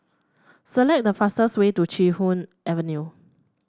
select the fastest way to Chee Hoon Avenue